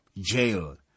jail